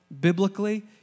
biblically